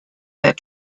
that